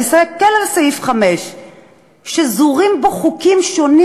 תסתכל על סעיף 5. שזורים בו חוקים שונים